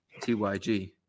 TYG